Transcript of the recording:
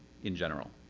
in general.